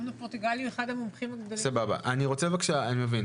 פורטוגלי הוא אחד המומחים הגדולים --- אני כן רוצה לאפשר